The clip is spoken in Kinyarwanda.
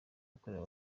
yakorewe